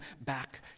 back